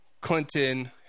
Clinton